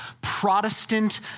Protestant